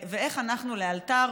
ואיך אנחנו משנים לאלתר,